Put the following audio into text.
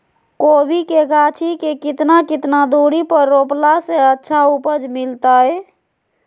कोबी के गाछी के कितना कितना दूरी पर रोपला से अच्छा उपज मिलतैय?